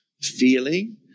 feeling